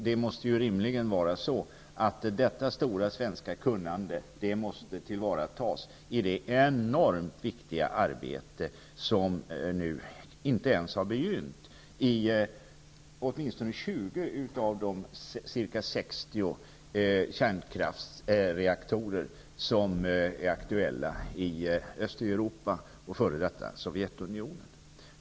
Det måste rimligen vara så att detta stora svenska kunnande skall tillvaratas i det enormt viktiga arbete som nu inte ens har begynt i åtminstone 20 av de ca 60 kärnkraftsreaktorer som är aktuella i Östeuropa och f.d. Sovjetunionen.